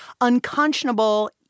...unconscionable